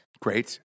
Great